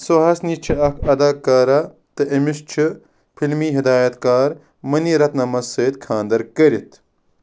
سُہاسِنی چھِ اَکھ اداکارہ تہٕ أمِس چھُ فِلمی ہِدایت کار مٔنی رتنَمس سۭتۍ خانٛدر کٔرِتھ